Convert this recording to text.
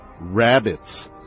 Rabbits